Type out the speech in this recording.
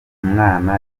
umwana